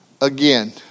Again